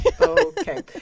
Okay